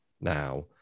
now